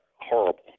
horrible